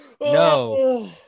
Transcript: no